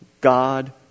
God